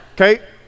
Okay